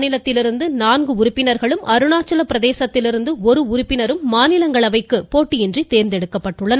தேர்தல் மாநிலத்திலிருந்து கர்நாடக நான்கு உறுப்பினர்களும் அருணாச்சல பிரதேசத்திலிருந்து உறுப்பினரும் மாநிலங்களவைக்கு போட்டியின்றி ஒரு தேர்ந்தெடுக்கப்பட்டுள்ளனர்